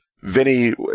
Vinny